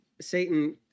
Satan